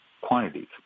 quantities